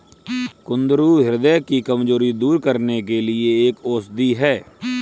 कुंदरू ह्रदय की कमजोरी दूर करने के लिए एक औषधि है